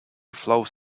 flows